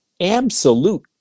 absolute